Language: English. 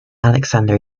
alexander